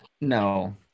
no